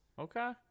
Okay